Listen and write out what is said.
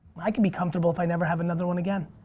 i can be comfortable if i never have another one again.